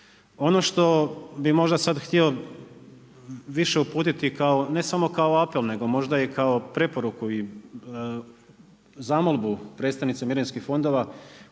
Ono što bi možda sad htio više uputiti ne samo kao apel, nego i kao preporuku i zamolbu predstavnicima mirovinskih fondova,